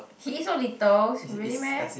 he eat so little really meh